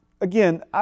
again